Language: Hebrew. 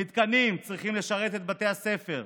המתקנים צריכים לשרת את בתי הספר,